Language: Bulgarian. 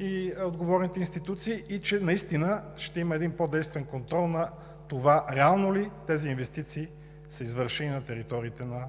и отговорните институции и че наистина ще има един по-действен контрол на това реално ли тези инвестиции са извършени на териториите на